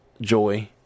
Joy